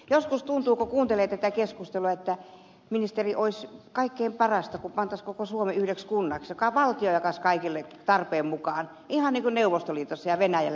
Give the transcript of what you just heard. joskus tuntuu kun kuuntelee tätä keskustelua että ministeri olisi kaikkein parasta kun pantaisiin koko suomi yhdeksi kunnaksi ja valtio jakaisi kaikille tarpeen mukaan ihan niin kuin neuvostoliitossa ja venäjällä ennen vanhaan